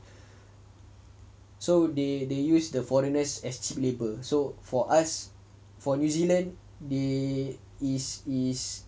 so they they use the foreigners as cheap labour so for us for new zealand the is is